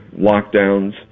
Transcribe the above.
lockdowns